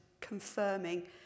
confirming